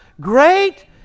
Great